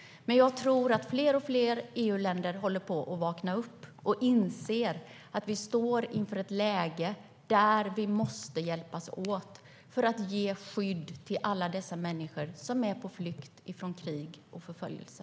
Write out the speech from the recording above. Men jag tror att allt fler EU-länder håller på att vakna upp. De inser att vi måste hjälpas åt att ge skydd åt alla dessa människor som är på flykt från krig och förföljelse.